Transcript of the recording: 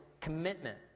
commitment